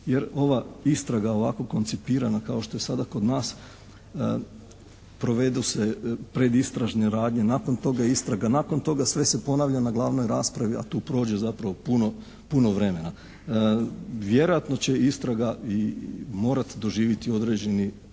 jer ova istraga ovako koncipirana kao što je sada kod nas provedu se predistražne radnje, nakon toga istraga, nakon toga sve se ponavlja na glavnoj raspravi a tu prođe zapravo puno vremena. Vjerojatno će istraga i morati doživjeti određenu